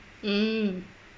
mm